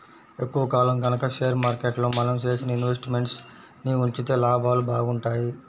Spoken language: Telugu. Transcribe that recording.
ఎక్కువ కాలం గనక షేర్ మార్కెట్లో మనం చేసిన ఇన్వెస్ట్ మెంట్స్ ని ఉంచితే లాభాలు బాగుంటాయి